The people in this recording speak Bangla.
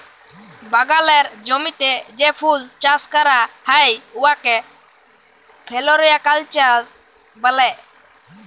বাগালের জমিতে যে ফুল চাষ ক্যরা হ্যয় উয়াকে ফোলোরিকাল্চার ব্যলে